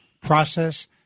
process